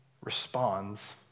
responds